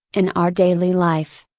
in our daily life.